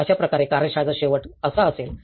अशाप्रकारे कार्यशाळेचा शेवट असा असेल